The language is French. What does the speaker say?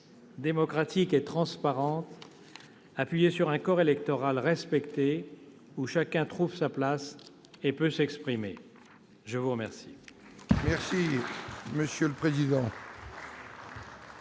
démocratique et transparente, appuyée sur un corps électoral respecté où chacun trouve sa place et peut s'exprimer. Madame